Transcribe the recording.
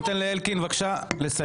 ניתן לאלקין לסיים, בבקשה.